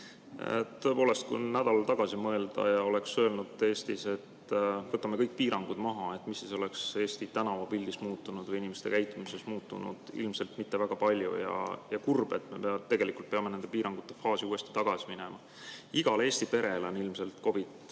Tõepoolest, kui mõelda aega nädal tagasi – kui oleks öelnud Eestis, et võtame kõik piirangud maha, mis siis oleks Eesti tänavapildis muutunud või inimeste käitumises muutunud? Ilmselt mitte väga palju. Kurb, et me tegelikult peame piirangute faasi uuesti tagasi minema. Igal Eesti perel on ilmselt